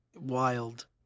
wild